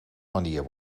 manier